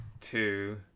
two